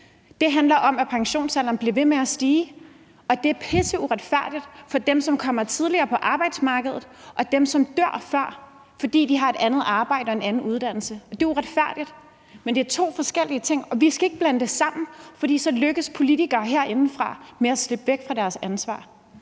Det handler om, at pensionsalderen bliver ved med at stige, og at det er pisseuretfærdigt for dem, som kommer tidligere på arbejdsmarkedet, og dem, som dør før, fordi de har et andet arbejde og en anden uddannelse. Det er uretfærdigt, men det er to forskellige ting, og vi skal ikke blande det sammen, for så lykkes politikere herindefra med at slippe væk fra deres ansvar.